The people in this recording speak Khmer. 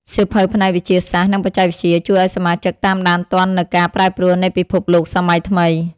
សៀវភៅផ្នែក វិទ្យាសាស្ត្រ និងបច្ចេកវិទ្យា ជួយឱ្យសមាជិកតាមដានទាន់នូវការប្រែប្រួលនៃពិភពលោកសម័យថ្មី។